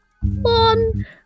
one